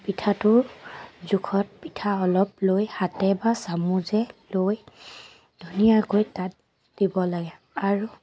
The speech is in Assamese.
পিঠাটোৰ জোখত পিঠা অলপ লৈ হাতে্ৰে বা চামুচে লৈ ধুনীয়াকৈ তাত দিব লাগে আৰু